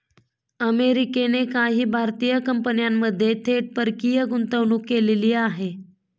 अमेरिकेने काही भारतीय कंपन्यांमध्ये थेट परकीय गुंतवणूक केलेली आहे